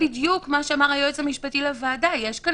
לא צריך 20 טלפונים, יש לו את